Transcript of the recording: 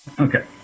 Okay